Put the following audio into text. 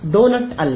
doughnut ಅಲ್ಲ